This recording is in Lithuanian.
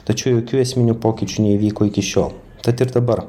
tačiau jokių esminių pokyčių neįvyko iki šiol tad ir dabar